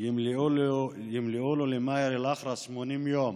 ימלאו 80 יום